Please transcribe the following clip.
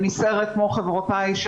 אני נסערת כמו חברותיי,